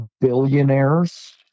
billionaires